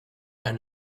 and